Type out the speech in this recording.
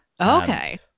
okay